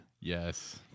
Yes